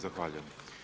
Zahvaljujem.